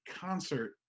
concert